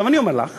אני אומר לך